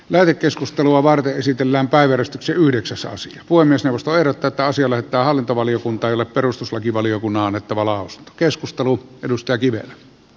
läänikeskustelua varten esitellään päiväys yhdeksäs voimistelusta erotetaan sille että hallintovaliokunta ja perustuslakivaliokunnan että maalaus annettava lausunto